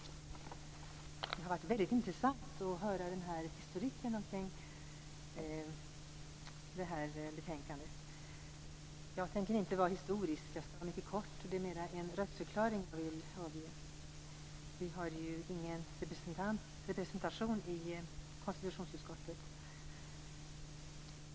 Fru talman! Det har varit väldigt intressant att höra historiken omkring det här betänkandet. Jag tänker inte föra historiska resonemang. Jag skall vara mycket kortfattad och närmast avge en röstförklaring. Vi har ju ingen representation i konstitutionsutskottet.